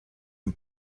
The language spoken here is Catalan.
han